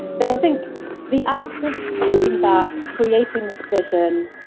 but i think the act of stepping back creating this vision,